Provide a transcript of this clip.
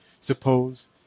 suppose